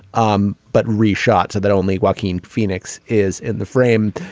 um but reshot so that only walking phoenix is in the frame.